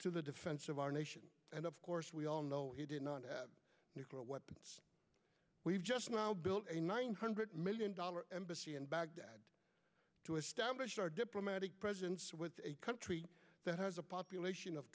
to the defense of our nation and of course we all know he did not have nuclear weapons we've just now built a nine hundred million dollar embassy in baghdad to establish our diplomatic presence with a country that has a population of